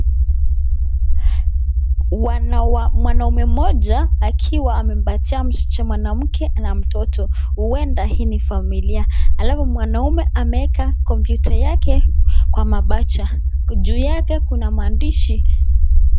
Mwanaume mmoja akiwa amempatia mwanamke na mtoto uenda hii ni familia alafu mwanaume ameeka kompyuta yake kwa mapaja. Juu yake kuna maandishi.